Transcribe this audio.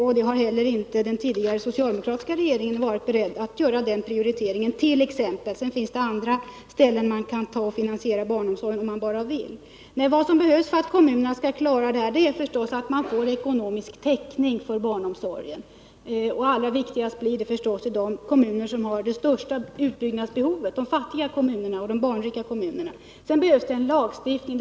Inte heller den tidigare socialdemokratiska regeringen har varit beredd att göra t.ex. den prioriteringen — det finns även andra områden från vilka man kan ta pengar för att finansiera barnomsorgen, om man bara vill. Vad som behövs för att kommunerna skall klara barnomsorgen är förstås ekonomisk täckning för denna. Allra viktigast är detta naturligtvis för de kommuner som har de största utbyggnadsbehoven, de fattiga kommunerna och de barnrika kommunerna. Sedan behövs det en lagstiftning.